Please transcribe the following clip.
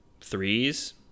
threes